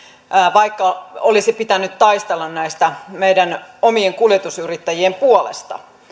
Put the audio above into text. vaikka olisi pitänyt taistella näistä meidän omien kuljetusyrittäjien puolesta